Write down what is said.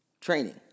Training